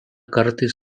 kartais